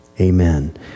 Amen